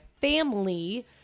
family